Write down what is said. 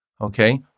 okay